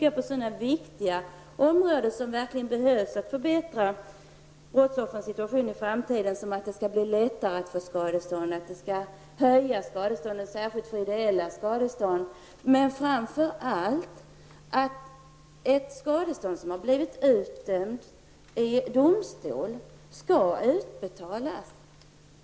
Jag avser då viktiga områden på vilka det verkligen behövs förbättringar. Det kan t.ex. gälla att det för brottsoffren skall bli lättare att få ut skadestånd efter skatt i framtiden och att särskilt ideella skadestånd skall höjas. Framför allt handlar det om att ett skadestånd som har blivit utdömt i domstol också skall utbetalas.